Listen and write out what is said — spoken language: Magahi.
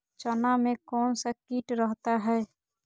चना में कौन सा किट रहता है?